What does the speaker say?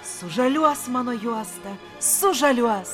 sužaliuos mano juosta sužaliuos